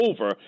over